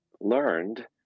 learned